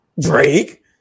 Drake